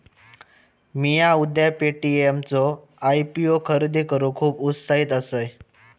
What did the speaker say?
मिया उद्या पे.टी.एम चो आय.पी.ओ खरेदी करूक खुप उत्साहित असय